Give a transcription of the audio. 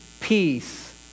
peace